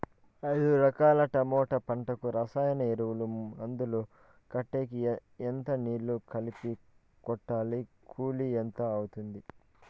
ఐదు ఎకరాల టమోటా పంటకు రసాయన ఎరువుల, మందులు కొట్టేకి ఎంత నీళ్లు కలిపి కొట్టాలి? కూలీ ఎంత అవుతుంది?